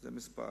זה דבר אחד.